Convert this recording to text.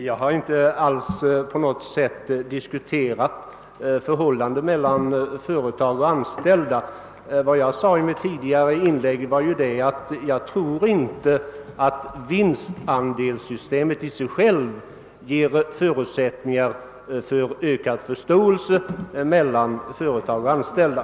Herr talman! Jag har inte alls diskuterat förhållandet mellan företag och anställda. I mitt inlägg framhöll jag bara att jag inte tror, att vinstandelssystemet i sig självt ger förutsättningar för ökad förståelse mellan företag och anställda.